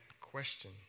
question